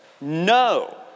No